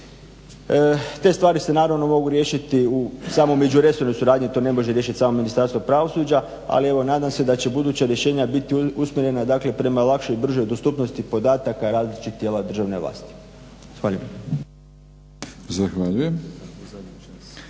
Te stvari se naravno mogu riješiti samo u međuresornoj suradnji. To ne može riješiti samo Ministarstvo pravosuđa, ali evo nadam se da će buduća rješenja biti usmjerena dakle prema lakšoj, bržoj dostupnosti podataka različitih tijela državne vlasti. Zahvaljujem.